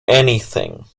anything